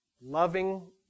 loving